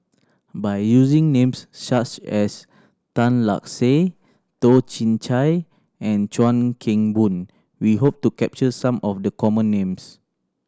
by using names such as Tan Lark Sye Toh Chin Chye and Chuan Keng Boon we hope to capture some of the common names